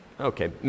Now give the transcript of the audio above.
Okay